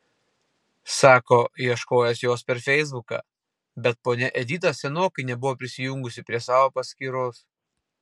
sako ieškojęs jos per feisbuką bet ponia edita senokai nebuvo prisijungusi prie savo paskyros